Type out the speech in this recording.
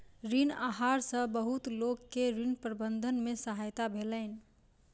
ऋण आहार सॅ बहुत लोक के ऋण प्रबंधन में सहायता भेलैन